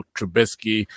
Trubisky